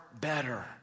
better